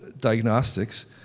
diagnostics